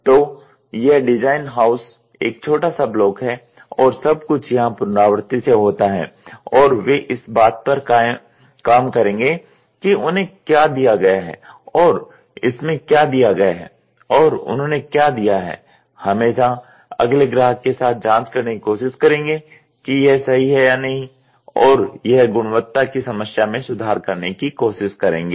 तो यह design house एक छोटा सा ब्लॉक है और सब कुछ यहाँ पुनरावृति से होता है और वे इस बात पर काम करेंगे कि उन्हें क्या दिया गया है और इसमें क्या दिया गया है और उन्होंने क्या दिया है हमेशा अगले ग्राहक के साथ जाँच करने की कोशिश करेंगे कि यह सही है या नहीं और यह गुणवत्ता की समस्या में सुधार करने की कोशिश करेंगे